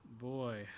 Boy